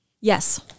Yes